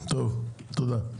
תודה.